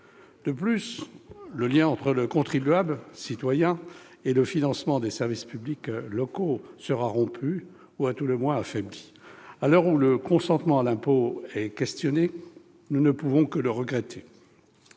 De plus, le lien entre le contribuable/citoyen et le financement des services publics locaux sera rompu ou, à tout le moins, affaibli. À l'heure où le consentement à l'impôt est questionné, nous ne pouvons que le regretter.